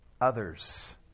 others